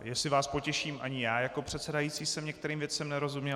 Jestli vás potěším, ani já jako předsedající jsem některým věcem nerozuměl.